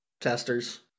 testers